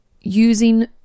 using